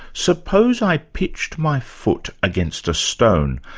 suppose i pitched my foot against a stone,